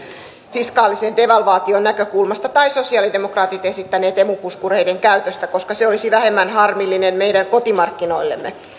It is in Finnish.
fiskaalisen devalvaation näkökulmasta tai sosiaalidemokraatit esittäneet emu puskureiden käytöstä koska se olisi vähemmän harmillinen meidän kotimarkkinoillemme